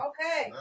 Okay